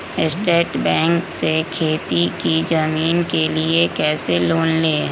State bank से खेती की जमीन के लिए कैसे लोन ले?